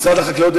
משרד החקלאות,